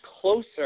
closer